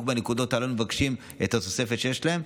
בנקודות האלה מבקשים לתת תוספת שיש להם,